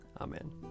Amen